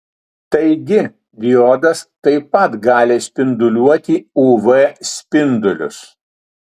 taigi diodas taip pat gali spinduliuoti uv spindulius